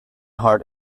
heart